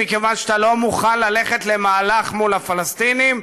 מכיוון שאתה לא מוכן ללכת למהלך עם הפלסטינים,